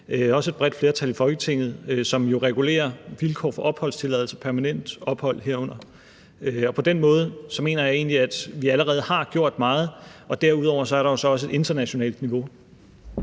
også er et bredt flertal i Folketinget bag, og som jo regulerer vilkår for opholdstilladelse, herunder permanent ophold. På den måde mener jeg egentlig, at vi allerede har gjort meget, og derudover er der også et internationalt niveau.